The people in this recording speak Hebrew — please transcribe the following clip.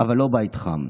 אבל לא בית חם.